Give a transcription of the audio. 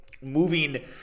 moving